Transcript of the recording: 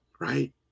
Right